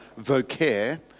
vocare